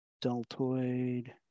deltoid